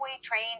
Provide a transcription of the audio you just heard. train